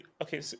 okay